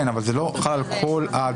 כן, אבל זה לא חל על כל הדברים.